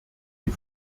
die